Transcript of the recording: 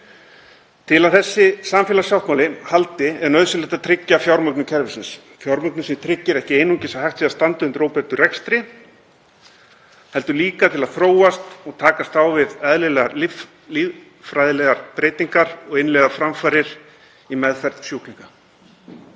Til að þessi samfélagssáttmáli haldi er nauðsynlegt að tryggja fjármögnun kerfisins, fjármögnun sem tryggir ekki einungis að hægt sé að standa undir óbreyttum rekstri heldur líka að þróast og takast á við eðlilegar lýðfræðilegar breytingar og innleiða framfarir í meðferð sjúklinga.